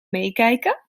meekijken